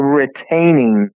retaining